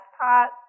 pot